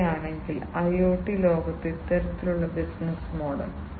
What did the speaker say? അവർ ദത്തെടുക്കുകയാണെങ്കിൽ ബിസിനസ്സ് സ്വീകരിക്കുകയാണെങ്കിൽ IoT ലോകത്ത് ഇത്തരത്തിലുള്ള ബിസിനസ്സ് മോഡൽ